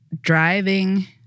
driving